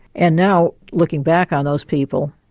and now, looking back on those people,